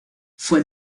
fue